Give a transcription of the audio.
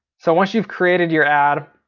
so once you've created your ad,